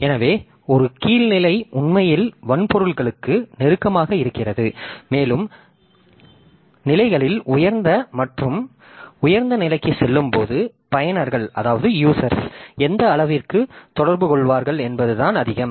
எனவே ஒரு கீழ் நிலை உண்மையில் வன்பொருளுக்கு நெருக்கமாக இருக்கிறது மேலும் நிலைகளில் உயர்ந்த மற்றும் உயர்ந்த நிலைக்கு செல்லும்போது பயனர்கள் எந்த அளவிற்கு தொடர்புகொள்வார்கள் என்பதுதான் அதிகம்